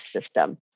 system